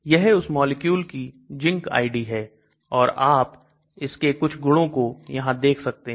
यह उस मॉलिक्यूल की की Zinc आईडी है और आप इसके कुछ गुणों को यहां देख सकते हैं